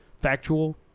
factual